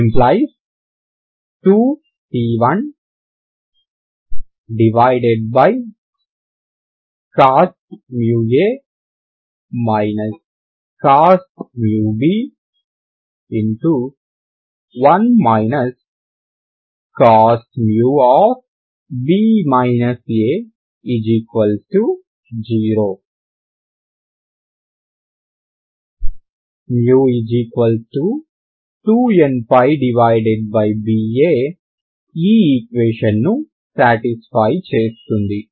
2c1cos μa cos μb 1 cos μb a 0 μ2nπba ఈ equation ని satisfy చేస్తుంది